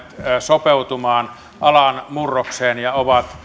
sopeutumaan alan murrokseen ja ovat